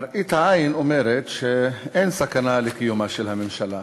מראית העין אומרת שאין סכנה לקיומה של הממשלה,